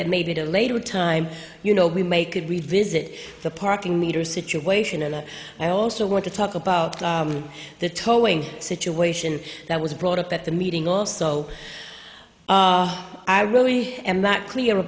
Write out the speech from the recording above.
that made it a later time you know we may could revisit the parking meter situation and i also want to talk about the towing situation that was brought up at the meeting also i really am not clear